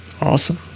awesome